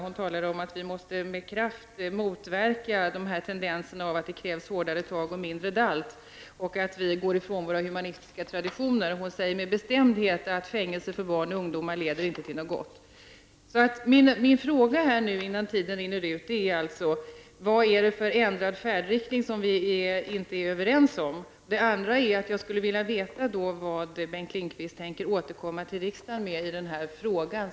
Hon talar där om att vi med kraft måste motverka tendenserna att det krävs hårdare tag och mindre dalt. Hon säger också att vi går ifrån våra humanistiska traditioner. Hon säger med bestämdhet att fängelse för barn och ungdomar inte leder till någonting gott. Vad är det för ändrad färdriktning som vi inte är överens om? Jag skulle också vilja veta vad Bengt Lindqvist tänker återkomma till riksdagen med i den här frågan.